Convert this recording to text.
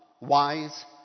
wise